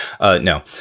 no